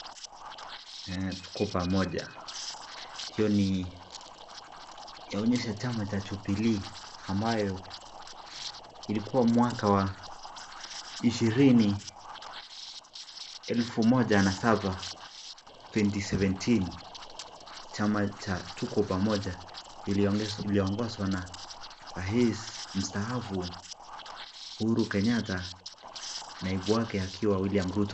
tuko pamoja. Hiyo ni yaonyesha chama cha Jubilee ambayo ilikuwa mwaka wa 2017. Chama cha Tuko Pamoja iliongozwa na Rais Mstaafu Uhuru Kenyatta naibu wake akiwa William Ruto.